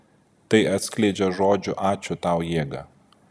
tai atskleidžia žodžių ačiū tau jėgą